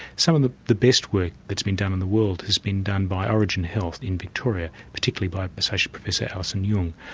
some of the the best work that's been done in the world has been done by orygen health in victoria, particularly by associate professor alison yung,